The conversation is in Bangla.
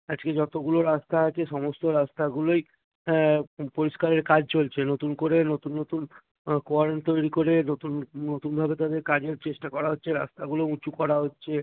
আজকে যতোগুলো রাস্তা আচে সমস্ত রাস্তাগুলোই হ্যাঁ পরিষ্কারের কাজ চলছে নতুন করে নতুন নতুন কোয়ারেন্ট করে নতুন নতুনভাবে তাদের কাজের চেষ্টা করা হচ্ছে রাস্তাগুলো উঁচু করা হচ্ছে